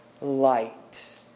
light